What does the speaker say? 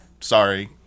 sorry